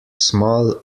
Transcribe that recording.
small